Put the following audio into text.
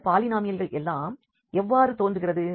இந்த பாலினாமியல்கள் எல்லாம் எவ்வாறு தோன்றுகிறது